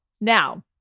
Now